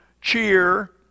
cheer